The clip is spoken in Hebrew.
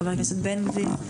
חבר הכנסת בן גביר,